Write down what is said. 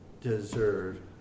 deserve